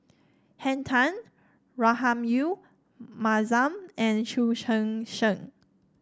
Henn Tan Rahayu Mahzam and Chu Chee Seng